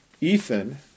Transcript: Ethan